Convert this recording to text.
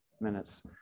minutes